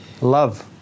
Love